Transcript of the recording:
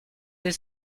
des